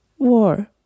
War